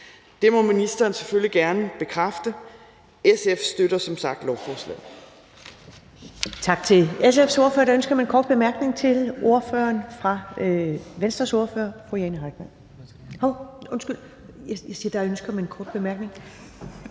Det må ministeren selvfølgelig gerne bekræfte. SF støtter som sagt lovforslaget.